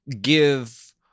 give